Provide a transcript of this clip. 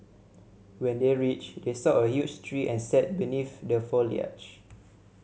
when they reached they saw a huge tree and sat beneath the foliage